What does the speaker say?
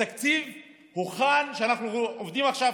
התקציב שאנחנו עובדים לפיו עכשיו,